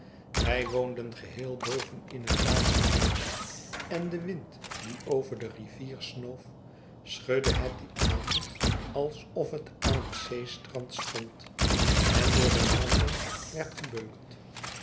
wij woonden geheel boven in het laatste huis en de wind die over de rivier snoof schudde het dien avond alsof het aan het zeestrand stond en door de branding werd gebeukt